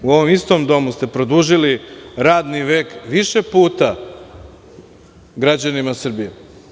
U ovom istom domu ste produžili radni vek, više puta, građanima Srbije.